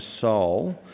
soul